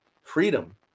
Freedom